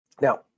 Now